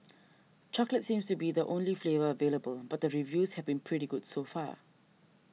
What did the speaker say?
chocolate seems to be the only flavour available but reviews have been pretty good so far